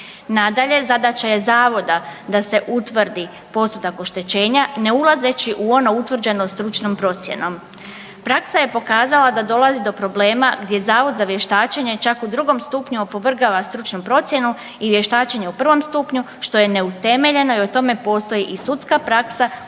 Nadalje zadaća je Zavoda da se utvrdi postotak oštećenja ne ulazeći u ono utvrđeno stručnom procjenom. Praksa je pokazala da dolazi do problema gdje Zavod za vještačenje čak u drugom stupnju opovrgava stručnu procjenu i vještačenje u prvom stupnju što je neutemeljeno i o tome postoji i sudska praksa